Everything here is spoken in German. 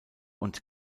und